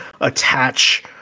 attach